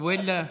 ואללה.